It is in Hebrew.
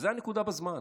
וזו הנקודה בזמן.